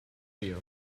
you